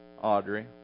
Audrey